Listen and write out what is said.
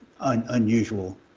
unusual